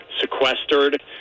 sequestered